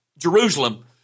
Jerusalem